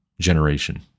generation